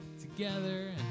together